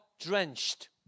drenched